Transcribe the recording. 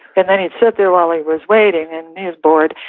and then he'd sit there while he was waiting and he was bored.